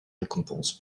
récompenses